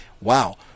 Wow